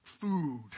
food